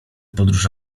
podróż